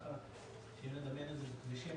אפשר לדמיין את זה ככבישים,